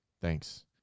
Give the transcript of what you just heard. Thanks